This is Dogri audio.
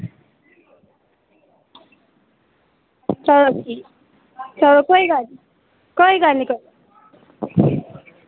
चलो ठीक कोई गल्ल निं कोई गल्ल निं कोई गल्ल निं